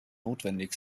nötig